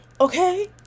Okay